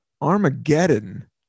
Armageddon